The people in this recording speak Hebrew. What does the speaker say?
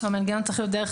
המנגנון צריך להיות דרך